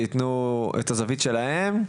שייתנו את הזווית שלהם.